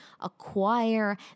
acquire